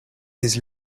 his